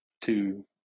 two